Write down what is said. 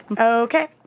Okay